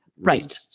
Right